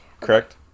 correct